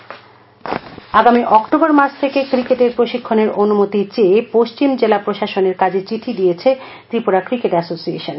cricket আগামী October মাস থেকে ক্রিকেটের প্রশিক্ষণের অনুমতি চেয়ে পশ্চিম জেলা প্রশাসনের কাজে চিঠি দিয়েছে ত্রিপুরা ক্রিকেট এসোসিয়েশন